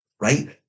right